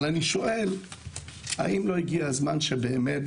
אבל אני שואל האם לא הגיע הזמן שבאמת,